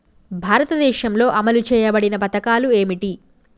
భారతదేశంలో అమలు చేయబడిన పథకాలు ఏమిటి?